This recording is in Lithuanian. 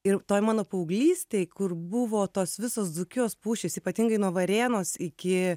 ir toj mano paauglystėj kur buvo tos visos dzūkijos pušys ypatingai nuo varėnos iki